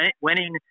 winning